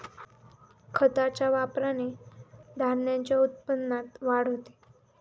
खताच्या वापराने धान्याच्या उत्पन्नात वाढ होते